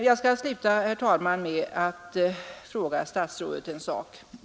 Jag skall sluta, herr talman, med att fråga statsrådet en sak.